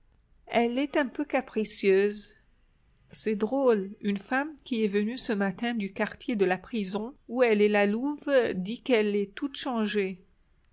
elle est un peu capricieuse c'est drôle une femme qui est venue ce matin du quartier de la prison où est la louve dit qu'elle est toute changée